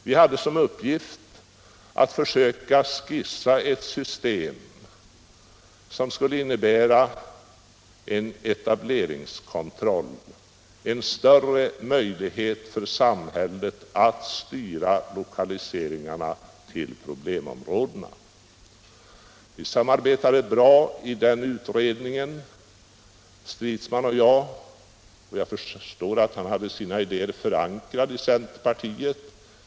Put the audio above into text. Vi hade till uppgift att skissera ett system som skulle innebära en etableringskontroll, en större möjlighet för samhället att styra lokaliseringarna till problemområdena. Herr Stridsman och jag samarbetade bra i den utredningen. Jag förstår att han hade sina idéer förankrade i centerpartiet.